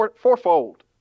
Fourfold